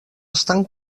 estan